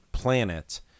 planet